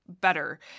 better